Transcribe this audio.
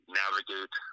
navigate